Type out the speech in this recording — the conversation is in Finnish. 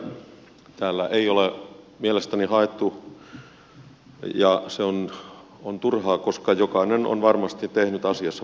syyllisiä täällä ei ole mielestäni haettu ja se on turhaa koska jokainen on varmasti tehnyt asiassa parhaansa